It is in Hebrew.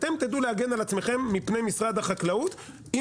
אתם תדעו להגן על עצמכם מפני משרד החקלאות אם